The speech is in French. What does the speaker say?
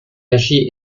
agit